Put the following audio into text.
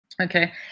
Okay